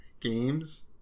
games